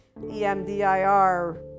emdir